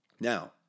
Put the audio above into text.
Now